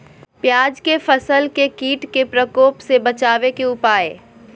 प्याज के फसल के कीट के प्रकोप से बचावे के उपाय?